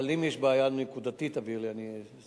אבל אם יש בעיה נקודתית, תעביר לי, אני אסייע.